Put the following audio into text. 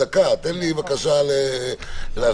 תן לי בבקשה להסביר.